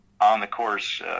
on-the-course